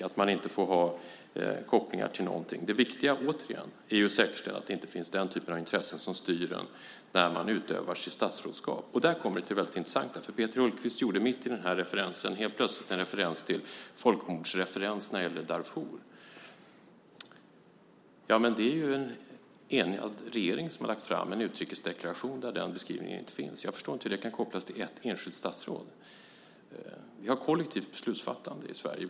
Man får inte ha kopplingar till någonting. Det viktiga, återigen, är att säkerställa att det inte finns den typen av intressen som styr en när man utövar sitt statsrådskap, och där kommer något väldigt intressant. Mitt i den här referensen gjorde Peter Hultqvist helt plötsligt en folkmordsreferens när det gäller Darfur. Det är en enig regering som har lagt fram en utrikesdeklaration där den beskrivningen inte finns. Jag förstår inte hur det kan kopplas till ett enskilt statsråd. Vi har ett kollektivt beslutsfattande i Sverige.